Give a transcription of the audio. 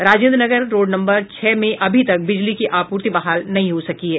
Rajendranagar road number छह में अभी तक बिजली की आपूर्ति बहाल नहीं हो सकी है